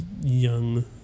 young